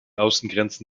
außengrenzen